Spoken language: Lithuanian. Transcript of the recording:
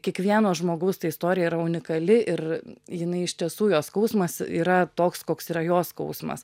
kiekvieno žmogaus ta istorija yra unikali ir jinai iš tiesų jo skausmas yra toks koks yra jo skausmas